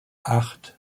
acht